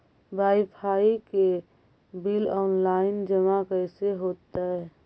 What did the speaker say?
Wifi के bill online जमा कैसे होतै?